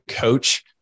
coach